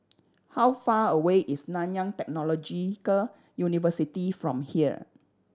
how far away is Nanyang Technological University from here